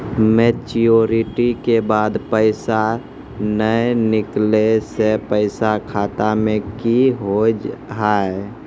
Maturity के बाद पैसा नए निकले से पैसा खाता मे की होव हाय?